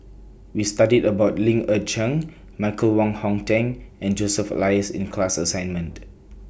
We studied about Ling Michael Wong Hong Teng and Joseph Elias in class assignment